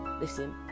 listen